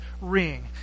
ring